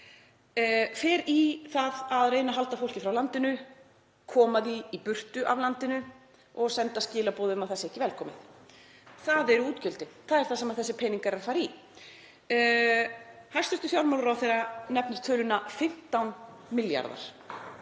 fer í það að reyna að halda fólki frá landinu, koma því í burtu af landinu og senda skilaboð um að það sé ekki velkomið. Það eru útgjöldin, það er það sem þessir peningar fara í. Hæstv. fjármálaráðherra nefnir töluna 15 milljarðar,